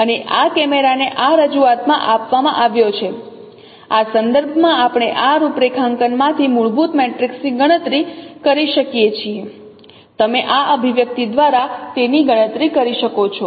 અને આ કેમેરાને આ રજૂઆત માં આપવામાં આવ્યો છે આ સંદર્ભ માં આપણે આ રૂપરેખાંકનમાંથી મૂળભૂત મેટ્રિક્સની ગણતરી કરી શકીએ છીએ તમે આ અભિવ્યક્તિ દ્વારા તેની ગણતરી કરી શકો છો